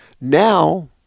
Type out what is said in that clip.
Now